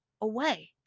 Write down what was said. away